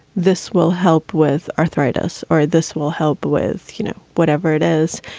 this will help with arthritis or this will help with, you know, whatever it is,